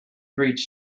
breach